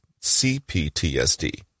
CPTSD